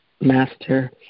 Master